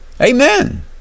Amen